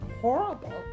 horrible